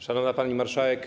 Szanowna Pani Marszałek!